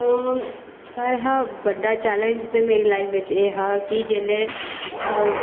सारें कशा ते बड्डा चैलेंज मेरी लाईफ बिच एह् हा की जेल्लै